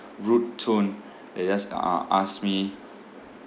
rude tone they just uh uh ask me